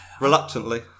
reluctantly